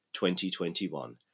2021